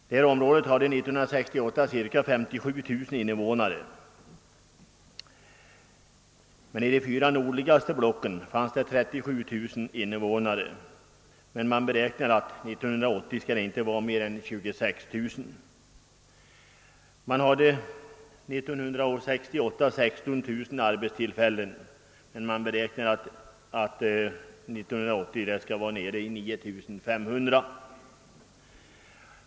Detta område hade 1968 cirka 37 000 invånare. I de fyra nordligaste fanns det 37 000 invånare, men man beräknar att det år 1980 inte skall vara mer än 26 000. år 1968 hade man 16 000 arbetstillfällen men man beräknar att dessa år 1980 är nere i 9 500.